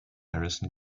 harrison